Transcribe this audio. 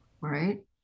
Right